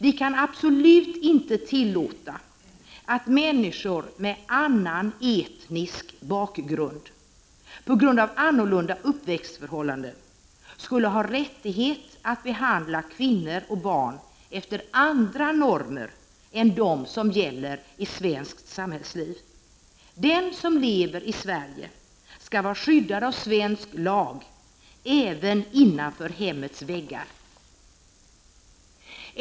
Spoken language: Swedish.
Vi kan absolut inte tillåta att människor med annan etnisk bakgrund, på grund av annorlunda uppväxtförhållanden skall ha rättighet att behandla kvinnor och barn efter andra normer än dem som gäller i svenskt samhällsliv. Den som lever i Sverige skall vara skyddad av svensk lag även innanför hemmets väggar.